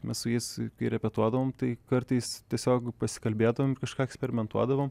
mes su jais repetuodavom tai kartais tiesiog pasikalbėdavom kažką eksperimentuodavom